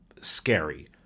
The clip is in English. scary